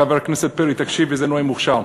חבר הכנסת פרי, תקשיב איזה נואם מוכשר.